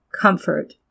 comfort